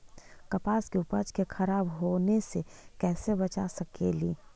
कपास के उपज के खराब होने से कैसे बचा सकेली?